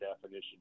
definition